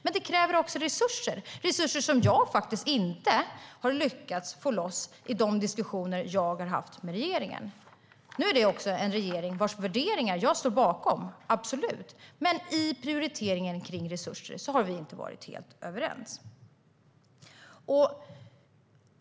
Men det kräver också resurser - resurser som jag inte har lyckats få loss i de diskussioner jag har haft med regeringen. Det är absolut en regering vars värderingar jag står bakom. Men i prioriteringen kring resurser har vi inte varit helt överens.